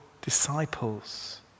disciples